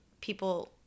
people